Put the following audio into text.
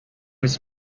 his